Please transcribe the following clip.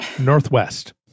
Northwest